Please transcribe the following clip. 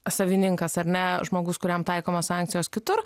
savininkas ar ne žmogus kuriam taikomos sankcijos kitur